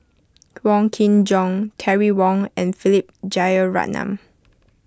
Wong Kin Jong Terry Wong and Philip Jeyaretnam